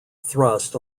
thrust